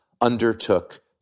undertook